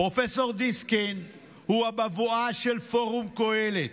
פרופ' דיסקין הוא הבבואה של פורום קהלת,